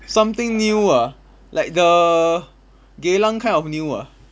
something new ah like the geylang kind of new ah